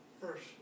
first